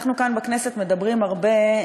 אנחנו כאן בכנסת מדברים הרבה,